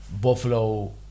Buffalo